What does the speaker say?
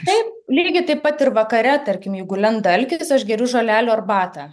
taip lygiai taip pat ir vakare tarkim jeigu lenda alkis aš geriu žolelių arbatą